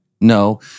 no